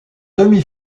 demi